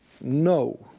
no